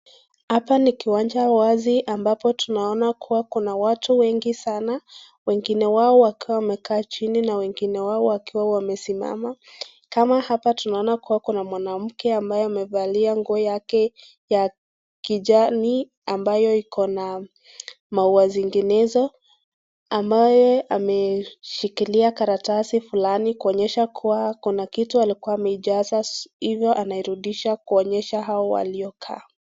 Hapa ni kiwanja wazi ambapo tunaona kuwa kuna watu wengi sana. Wengine wao wakiwa wamekaa chini na wengine wao wakiwa wamesimama. Kama hapa tunaona kuwa kuna mwanamke ambaye amevalia nguo yake ya kijani ambayo iko na maua zinginezo. Ambaye ameshikilia karatasi flani kuonyesha kuwa kuna kitu alikuwa amejaza, hivo anarudishia hao waliokaa.